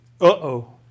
uh-oh